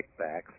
kickbacks